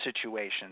situations